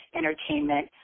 entertainment